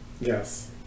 yes